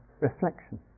reflection